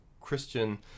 christian